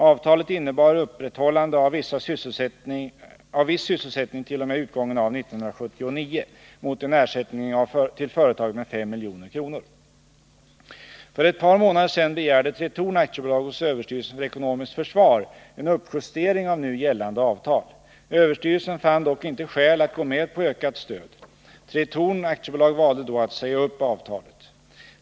Avtalet innebar upprätthållande av viss sysselsättning t.o.m. utgången av 1979 mot en ersättning till företaget med 5 milj.kr. För ett par månader sedan begärde Tretorn AB hos överstyrelsen för ekonomiskt försvar en uppjustering av nu gällande avtal. Överstyrelsen fann dock inte skäl att gå med på ökat stöd. Tretorn AB valde då att säga upp avtalet.